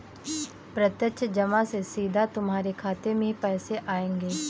प्रत्यक्ष जमा से सीधा तुम्हारे खाते में ही पैसे आएंगे